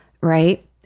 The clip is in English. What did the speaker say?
right